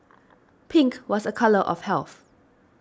pink was a colour of health